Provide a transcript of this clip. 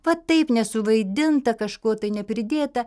va taip nesuvaidinta kažko tai nepridėta